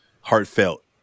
heartfelt